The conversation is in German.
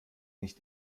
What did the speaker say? nicht